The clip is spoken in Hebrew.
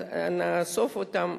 נאסוף אותם,